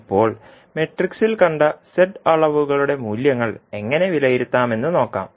ഇപ്പോൾ മാട്രിക്സിൽ കണ്ട z അളവുകളുടെ മൂല്യങ്ങൾ എങ്ങനെ വിലയിരുത്തുമെന്ന് നോക്കാം